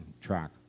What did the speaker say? track